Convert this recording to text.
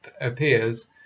appears